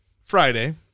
Friday